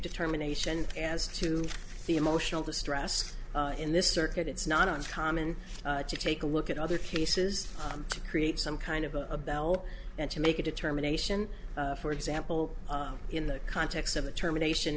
determination as to the emotional distress in this circuit it's not uncommon to take a look at other cases to create some kind of a bell and to make a determination for example in the context of a termination